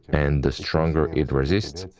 and the stronger it resists,